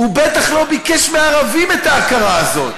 הוא בטח לא ביקש מהערבים את ההכרה הזאת.